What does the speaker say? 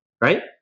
right